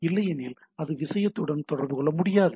இல்லையெனில் அது விஷயத்துடன் தொடர்பு கொள்ள முடியாது